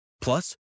Plus